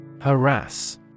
Harass